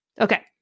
Okay